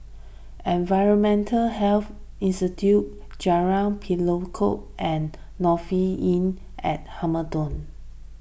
Environmental Health Institute Jalan Pelatok and Lofi Inn at Hamilton